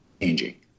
changing